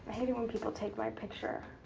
hate it when people take my picture.